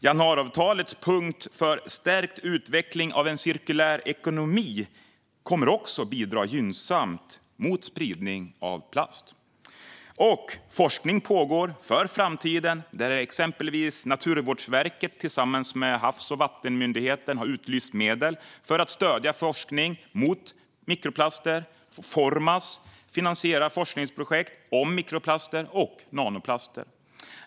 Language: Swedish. Januariavtalets punkt för stärkt utveckling av en cirkulär ekonomi kommer också att bidra gynnsamt till arbetet mot spridning av plast. Forskning för framtiden pågår. Exempelvis har Naturvårdsverket tillsammans med Havs och vattenmyndigheten utlyst medel för att stödja forskning om mikroplaster. Formas finansierar forskningsprojekt om mikroplaster och nanoplaster.